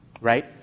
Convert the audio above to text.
right